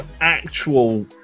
actual